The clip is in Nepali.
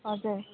हजुर